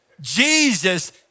Jesus